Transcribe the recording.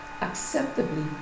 acceptably